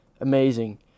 amazing